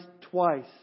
twice